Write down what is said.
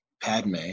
Padme